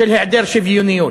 של היעדר שוויוניות.